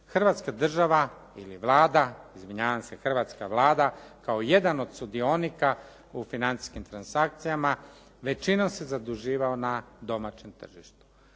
Hrvatska država ili Vlada, izvinjavam se, hrvatska Vlada, kako jedan od sudionika u financijskim transakcijama većinom se zaduživao na domaćem tržištu